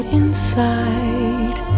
inside